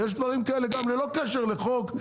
יש דברים כאלה גם ללא קשר לחוק,